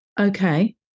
Okay